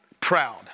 proud